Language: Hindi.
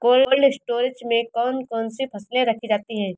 कोल्ड स्टोरेज में कौन कौन सी फसलें रखी जाती हैं?